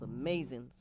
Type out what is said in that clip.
amazing